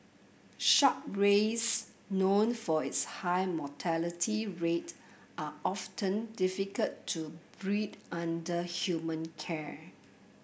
shark rays known for its high mortality rate are often difficult to breed under human care